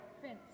Prince